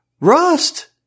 Rust